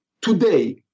Today